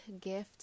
gift